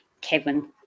Kevin